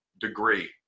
degree